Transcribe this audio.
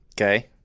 Okay